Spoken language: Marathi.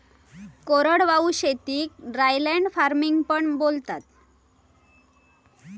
कोरडवाहू शेतीक ड्रायलँड फार्मिंग पण बोलतात